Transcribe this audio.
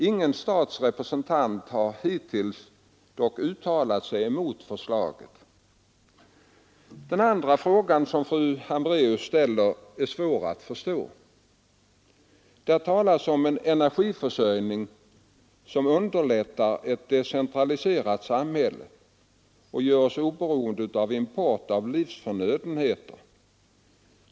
Ingen stats representant har hittills uttalat sig emot förslaget. Den andra frågan som fru Hambraeus ställt är svår att förstå. Där talas om en energiförsörjning som underlättar ett decentraliserat samhälle och gör oss oberoende av import av livsförnödenheter.